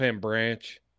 branch